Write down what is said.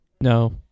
No